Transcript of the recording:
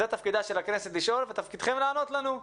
תפקידה של הכנסת הוא לשאול, ותפקידכם לענות לנו.